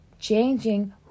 changing